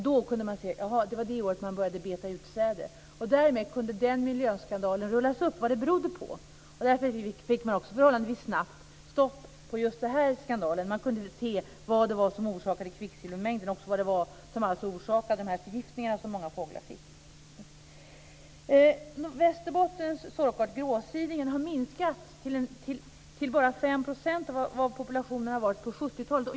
Då kunde man notera, jaha, det var det året man började beta utsäde. Därmed kunde det rullas upp vad den miljöskandalen berodde på. Därför fick man också förhållandevis snabbt stopp på just den skandalen. Man kunde se vad det var som orsakade kvicksilvermängden och också vad det var som orsakade den förgiftning som många fåglar fick. Västerbottens sorkart, gråsidingen, har minskat till bara 5 % av vad populationen var på 70-talet.